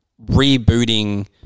rebooting